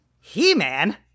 He-Man